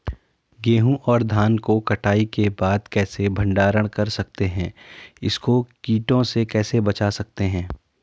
गेहूँ और धान को कटाई के बाद कैसे भंडारण कर सकते हैं इसको कीटों से कैसे बचा सकते हैं?